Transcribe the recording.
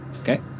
Okay